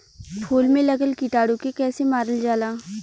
फूल में लगल कीटाणु के कैसे मारल जाला?